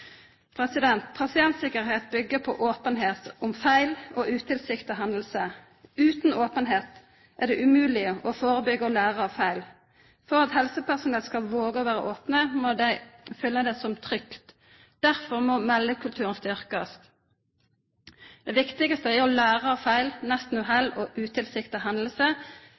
på openheit om feil og utilsikta hendingar. Utan openheit er det umogleg å førebyggja og læra av feil. For at helsepersonell skal våga å vera opne, må dei føla det som trygt. Derfor må meldekulturen bli styrkt. Det viktigaste er å læra av feil, nestenuhell og utilsikta